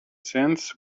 sands